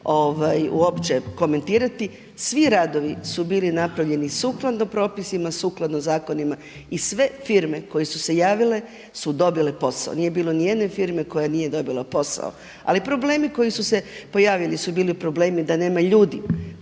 opće komentirati. Svi radovi su bili napravljeni sukladno propisima, sukladno zakonima i sve firme koje su se javile su dobile posao. Nije bilo nijedne firme koja nije dobila posao. Ali problemi koji su se pojavili su bili problemi da nema ljudi